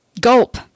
Gulp